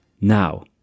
Now